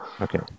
okay